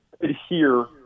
adhere